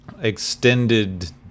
extended